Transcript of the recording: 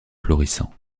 florissant